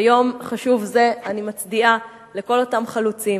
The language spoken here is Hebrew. ביום חשוב זה אני מצדיעה לכל אותם חלוצים